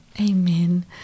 Amen